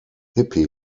hippie